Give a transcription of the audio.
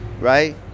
Right